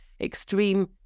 extreme